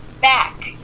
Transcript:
back